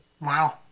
Wow